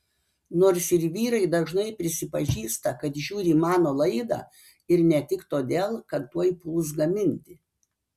nors ir vyrai dažnai prisipažįsta kad žiūri mano laidą ir ne tik todėl kad tuoj puls gaminti